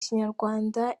kinyarwanda